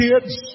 kids